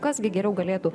kas gi geriau galėtų